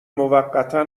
موقتا